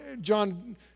John